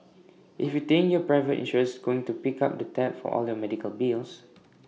if you think your private insurer's going to pick up the tab for all your medical bills